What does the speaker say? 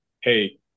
hey